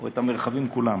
או את המרחבים כולם.